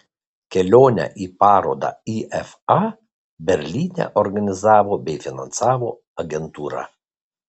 kelionę į parodą ifa berlyne organizavo bei finansavo agentūra